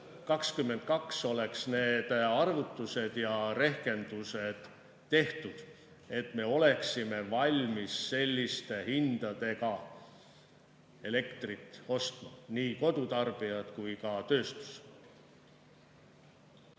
2022 on need arvutused ja rehkendused tehtud, et me oleksime valmis selliste hindadega elektrit ostma, nii kodutarbijad kui ka tööstus.